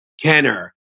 Kenner